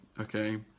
okay